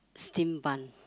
steam bun